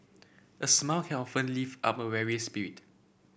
a smile lift up a weary spirit